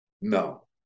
No